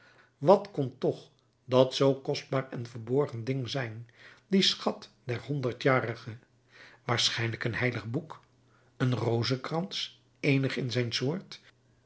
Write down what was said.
wat kon toch dat zoo kostbaar en verborgen ding zijn die schat der honderdjarige waarschijnlijk een heilig boek een rozenkrans eenig in zijn soort